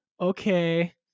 okay